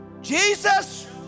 Jesus